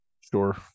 Sure